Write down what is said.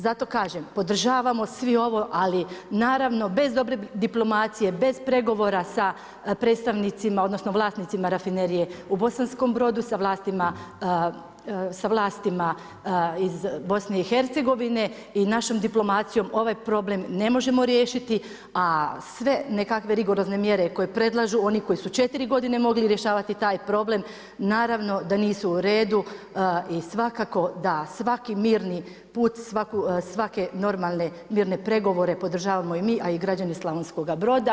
Zato kažem, podržavamo svi ovo ali naravno bez dobre diplomacije, bez pregovora sa predstavnicima, odnosno vlasnicima Rafinerije u Bosanskom-brodu, sa vlastima iz Bosne i Hercegovine i našom diplomacijom ovaj problem ne možemo riješiti a sve nekakve rigorozne mjere koje predlažu, oni koji su 4 godine mogli rješavati taj problem naravno da nisu u redu i svakako da svaki mirni put, svake normalne mirne pregovore podržavamo i mi a i građani Slavonskoga Broda.